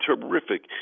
terrific